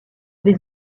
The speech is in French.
les